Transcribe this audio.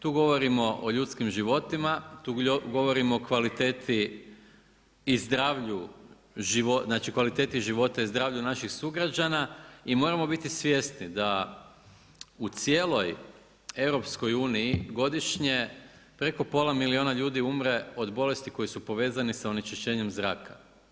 Tu govorimo o ljudskim životima, tu govorimo o kvaliteti i zdravlju, znači kvalitetu života i zdravlju naših sugrađana i moramo biti svjesni da u cijeloj EU godišnje preko pola milijuna ljudi umre od bolesti koji su povezani sa onečišćenjem zraka.